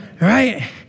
right